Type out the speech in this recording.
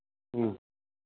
ꯎꯝ